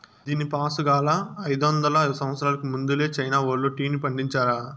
దీనిపాసుగాలా, అయిదొందల సంవత్సరాలకు ముందలే చైనా వోల్లు టీని పండించారా